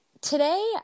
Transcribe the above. Today